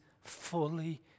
fully